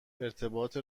ارتباط